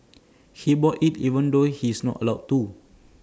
he bought IT even though he's not allowed to